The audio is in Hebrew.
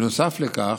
נוסף על כך,